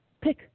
pick